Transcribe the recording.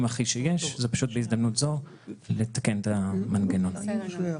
ובהזדמנות זאת לתקן את המנגנון הזה.